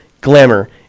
Glamour